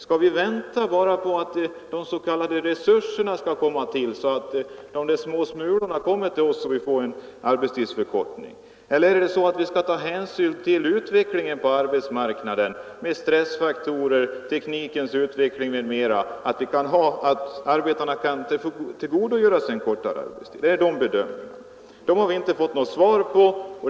Skall vi bara vänta på att de s.k. resurserna kommer att öka och att vi på den vägen skall få några små smulor i form av arbetstidsförkortning? Eller skall vi lita till att utvecklingen på arbetsmarknaden — med stressfaktorer, teknikens utveckling osv. — skall göra det möjligt för arbetarna att tillgodogöra sig en kortare arbetstid? Det är också frågor som vi inte har fått något svar på.